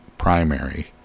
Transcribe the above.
Primary